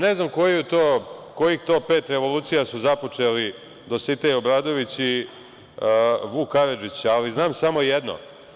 Ne znam kojih to pet revolucija su započeli Dositej Obradović i Vuk Karadžić, ali znam samo jedno.